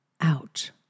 out